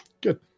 Good